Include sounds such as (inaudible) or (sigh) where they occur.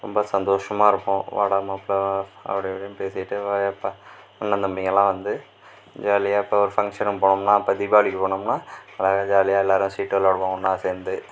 ரொம்ப சந்தோசமாக இருப்போம் வாடா மாப்பிளை வா அப்படி இப்படின்னு பேசிக்கிட்டு (unintelligible) அண்ணன் தம்பிங்களாம் வந்து ஜாலியாக இப்போ ஒரு ஃபங்ஷனுக்கு போனோம்னால் இப்போ தீபாவளிக்கு போனோம்னால் அழகாக ஜாலியாக எல்லாரும் சீட்டு விளையாடுவோம் ஒன்றா சேர்ந்து